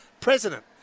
president